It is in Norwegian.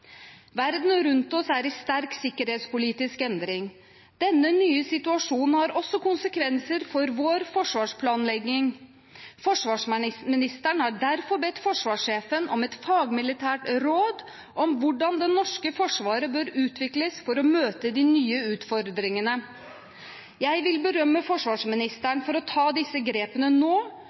Verden rundt oss er i sterk sikkerhetspolitisk endring. Denne nye situasjonen har også konsekvenser for vår forsvarsplanlegging. Forsvarsministeren har derfor bedt forsvarssjefen om et fagmilitært råd om hvordan det norske forsvaret bør utvikles for å møte de nye utfordringene. Jeg vil berømme forsvarsministeren for å ta disse grepene nå,